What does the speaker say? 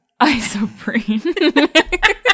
Isoprene